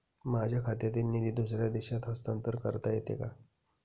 माझ्या खात्यातील निधी दुसऱ्या देशात हस्तांतर करता येते का?